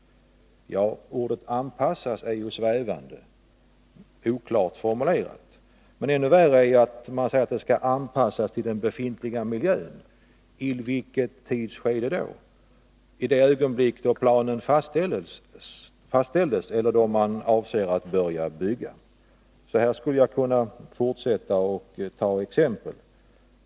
Ja, ordet ”anpassas” är svävande — formuleringen är oklar. Men ännu värre är att det sägs att den skall anpassas till den befintliga miljön. I vilket tidsskede då —i det ögonblick då planen fastställs eller då man avser att börja bygga? Så här skulle jag kunna fortsätta att ta exempel.